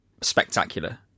spectacular